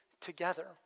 together